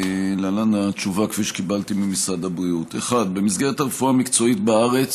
להלן התשובה כפי שקיבלתי ממשרד הבריאות: במסגרת הרפואה המקצועית בארץ